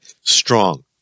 strong